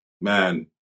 man